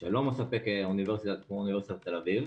שלא מספק אוניברסיטה כמו אוניברסיטת תל אביב.